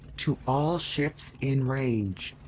to all ships in range.